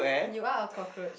you are a cockroach